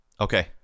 Okay